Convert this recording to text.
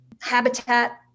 habitat